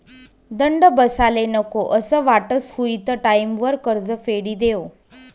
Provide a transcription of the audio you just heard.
दंड बसाले नको असं वाटस हुयी त टाईमवर कर्ज फेडी देवो